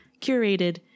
curated